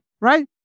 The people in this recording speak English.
right